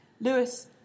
Lewis